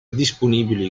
disponibili